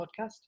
podcast